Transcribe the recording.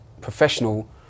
professional